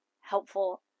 helpful